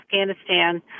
Afghanistan